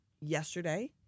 Yesterday